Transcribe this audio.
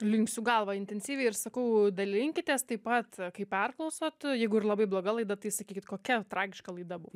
linksiu galvą intensyviai ir sakau dalinkitės taip pat kai perklausot jeigu ir labai bloga laida tai sakykit kokia tragiška laida buvo